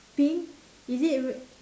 pink is it re~ ah